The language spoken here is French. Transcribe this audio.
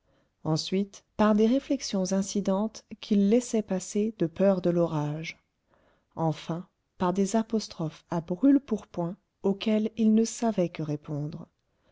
ensuite par des réflexions incidentes qu'il laissait passer de peur de l'orage enfin par des apostrophes à brûle-pourpoint auxquelles il ne savait que répondre